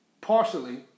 partially